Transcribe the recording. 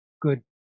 Good